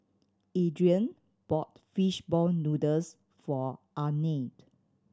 Adrain bought fish ball noodles for Ardeth